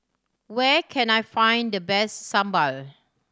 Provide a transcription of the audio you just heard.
where can I find the best sambal